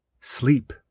Sleep